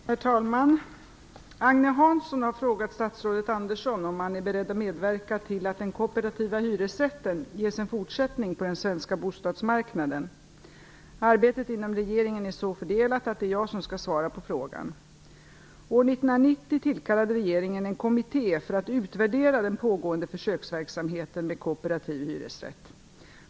Herr talman! Agne Hansson har frågat statsrådet Jörgen Andersson om han är beredd att medverka till att den kooperativa hyresrätten ges en fortsättning på den svenska bostadsmarknaden. Arbetet inom regeringen är så fördelat att det är jag som skall svara på frågan. År 1990 tillkallade regeringen en kommitté för att utvärdera den pågående försöksverksamheten med kooperativ hyresrätt .